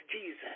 Jesus